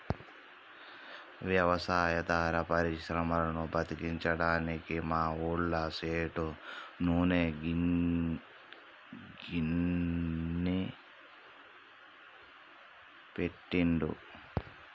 వ్యవసాయాధార పరిశ్రమలను బతికించాలని మా ఊళ్ళ సేటు నూనె గిర్నీ పెట్టిండు